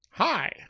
hi